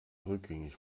rückgängig